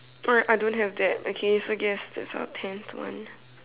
oh ya I don't have that okay so I guess that's our tenth one